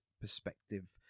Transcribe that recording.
perspective